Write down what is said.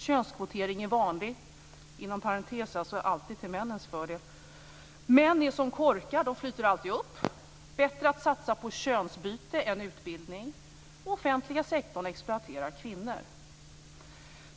Könskvotering är vanlig - inom parentes sagt alltid till männens fördel. - Män är som korkar - de flyter alltid upp. - Det är bättre att satsa på könsbyte än på utbildning. - Offentliga sektorn exploaterar kvinnor.